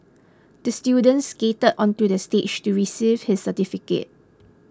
the student skated onto the stage to receive his certificate